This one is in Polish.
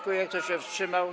Kto się wstrzymał?